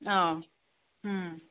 ꯑꯥ ꯎꯝ